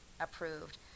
approved